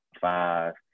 five